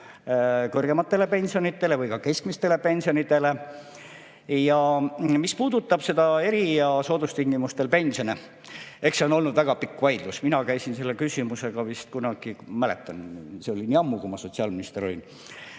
kõrgematele pensionidele või ka keskmistele pensionidele. Mis puudutab eri- ja soodustingimustel pensione – eks see on olnud väga pikk vaidlus. Mina käisin selle küsimusega vist kunagi ... Ei mäletagi, see oli nii ammu, kui ma sotsiaalminister olin.